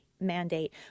mandate